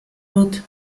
wird